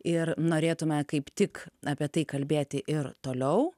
ir norėtume kaip tik apie tai kalbėti ir toliau